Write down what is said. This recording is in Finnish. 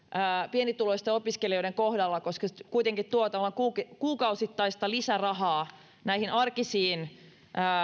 pienituloisten opiskelijoiden kohdalla koska se tuo kuitenkin tavallaan kuukausittaista lisärahaa näihin arkisiin